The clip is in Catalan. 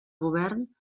govern